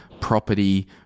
property